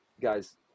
guys